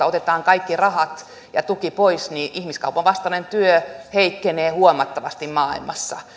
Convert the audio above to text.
otetaan kaikki rahat ja tuki pois niin ihmiskaupan vastainen työ heikkenee huomattavasti maailmassa